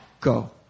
go